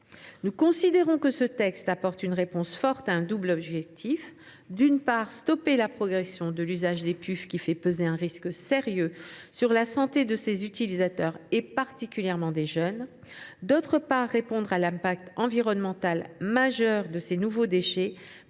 Nous considérons que ce texte atteint un double objectif. D’une part, il permet de stopper la progression de l’usage des puffs qui fait peser un risque sérieux sur la santé de ses utilisateurs, particulièrement les jeunes. D’autre part, il met fin à l’impact environnemental majeur de ces nouveaux déchets,